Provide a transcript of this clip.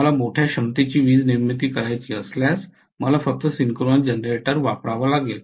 मला मोठ्या क्षमतेची वीज निर्मिती करायची असल्यास मला फक्त सिंक्रोनस जनरेटर वापरावा लागेल